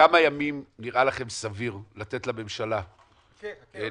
כמה ימים נראה לכם סביר לתת לממשלה לסיים?